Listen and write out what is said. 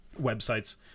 websites